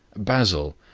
basil,